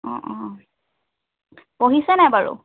অঁ অঁ পঢ়িছে নাই বাৰু